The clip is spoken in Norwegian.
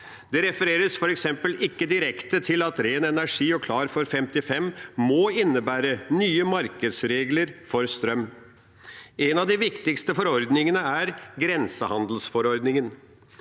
Det refereres f.eks. ikke direkte til at Ren energi og Klar for 55 må innebære nye markedsregler for strøm. En av de viktigste forordningene er grensehandelsforordningen.